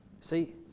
See